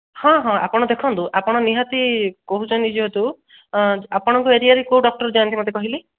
ହଁ ହଁ ଆପଣ ଦେଖନ୍ତୁ ଆପଣ ନିହାତି କହୁଛନ୍ତି ଯେହେତୁ ଆପଣଙ୍କ ଏରିଆରେ କେଉଁ ଡକ୍ଟର୍ ଯାଆନ୍ତି ମୋତେ କହିଲେ